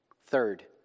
Third